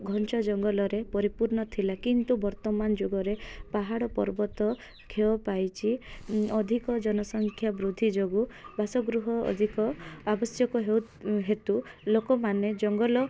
ଘଞ୍ଚ ଜଙ୍ଗଲରେ ପରିପୂର୍ଣ୍ଣ ଥିଲା କିନ୍ତୁ ବର୍ତ୍ତମାନ ଯୁଗରେ ପାହାଡ଼ ପର୍ବତ କ୍ଷୟ ପାଇଛି ଅଧିକ ଜନସଂଖ୍ୟା ବୃଦ୍ଧି ଯୋଗୁଁ ବାସଗୃହ ଅଧିକ ଆବଶ୍ୟକ ହେଉ ହେତୁ ଲୋକମାନେ ଜଙ୍ଗଲ